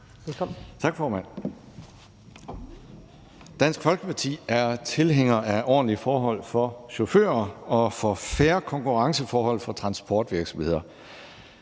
Tak, formand. Dansk Folkeparti er tilhænger af ordentlige forhold for chauffører og af fair konkurrenceforhold for transportvirksomheder.